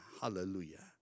Hallelujah